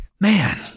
man